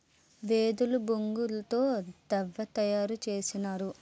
వెదురు బొంగు తో తవ్వ తయారు చేసినారు